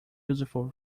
useful